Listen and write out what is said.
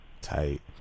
Tight